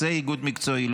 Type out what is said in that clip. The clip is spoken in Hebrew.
רוצה איגוד מקצועי,